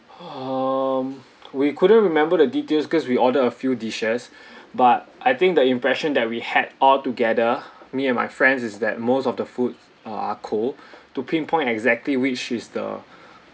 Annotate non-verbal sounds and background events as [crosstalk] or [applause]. um we couldn't remember the details cause we order a few dishes [breath] but I think the impression that we had altogether me and my friends is that most of the food are cold to pinpoint exactly which is the [breath]